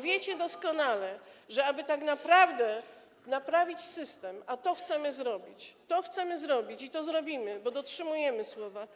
Wiecie doskonale, że aby tak naprawdę naprawić system, a chcemy to zrobić, chcemy to zrobić i to zrobimy, bo dotrzymujemy słowa,